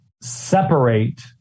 separate